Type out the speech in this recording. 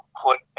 put